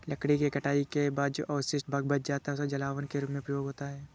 लकड़ी के कटाई के बाद जो अवशिष्ट भाग बच जाता है, उसका जलावन के रूप में प्रयोग होता है